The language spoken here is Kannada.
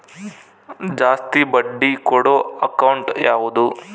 ಜಾಸ್ತಿ ಬಡ್ಡಿ ಕೊಡೋ ಅಕೌಂಟ್ ಯಾವುದು?